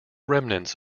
remnants